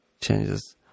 changes